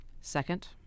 Second